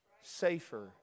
safer